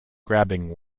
grabbing